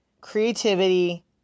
Creativity